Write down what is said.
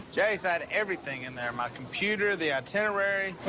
jase, i had everything in there my computer, the itinerary.